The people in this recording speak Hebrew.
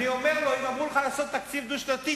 אם אמרו לך לעשות תקציב דו-שנתי,